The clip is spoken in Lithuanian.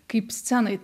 kaip scenoj